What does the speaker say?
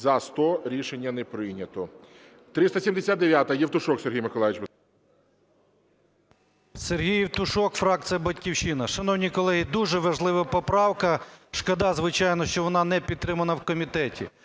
За-78 Рішення не прийнято.